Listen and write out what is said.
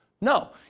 No